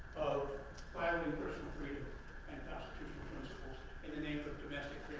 of violating personal freedom and in the names of of domestic